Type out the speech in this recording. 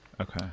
Okay